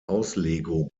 auslegung